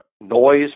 noise